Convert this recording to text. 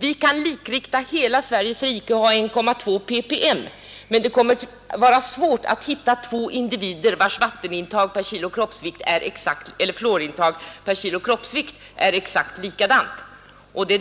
Vi kan likrikta hela Sveriges rike och ha 1,2 ppm överallt, men det kommer att vara svårt att hitta två individer vilkas fluorintag per kilo kroppsvikt är exakt likadant.